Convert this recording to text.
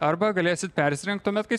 arba galėsit persirengt tuomet kai